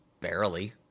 barely